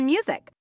Music